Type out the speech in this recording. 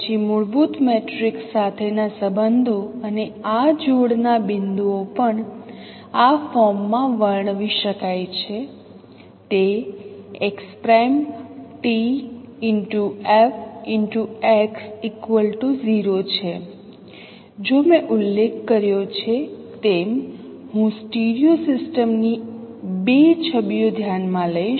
પછી મૂળભૂત મેટ્રિક્સ સાથે ના સંબંધો અને આ જોડના બિંદુઓ પણ આ ફોર્મમાં વર્ણવી શકાય છે તે xTFx0 છે જો મેં ઉલ્લેખ કર્યો છે તેમ હું સ્ટીરિયો સિસ્ટમ ની બે છબીઓ ધ્યાનમાં લઈશ